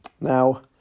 Now